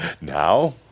Now